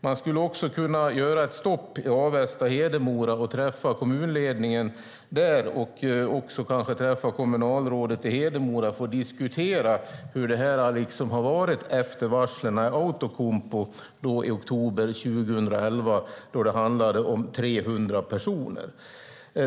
Man skulle också kunna göra ett stopp i Avesta-Hedemora och träffa kommunledningen där och kanske också träffa kommunalrådet i Hedemora för att diskutera hur det har varit efter varslen i Outokumpu i oktober 2011, då det handlade om 300 personer.